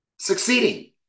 Succeeding